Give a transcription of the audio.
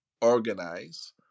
organize